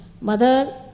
Mother